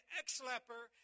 ex-leper